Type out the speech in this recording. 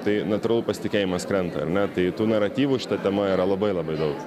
tai natūralu pasitikėjimas krenta ar ne tai tų naratyvų šita tema yra labai labai daug